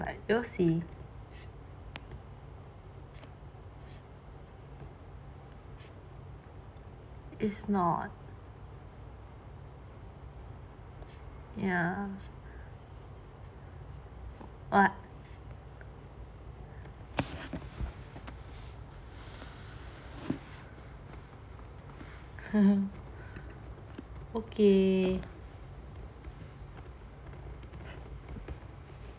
it's not okay